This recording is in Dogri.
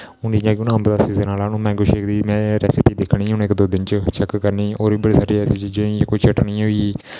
हून अंब दा सीजन आने आहला ऐ हून मेंगो शेक दी रिसिपी दिक्खनी हून इक दो दिन च चैक करनी और बडी सारी ऐसी चीजां होई गेइयां कोई चटनी होई गेई